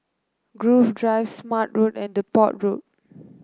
Grove Drive Smart Road and Depot Road